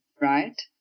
right